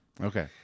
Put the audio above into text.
Okay